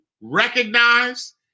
recognize